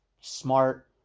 smart